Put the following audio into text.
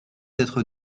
être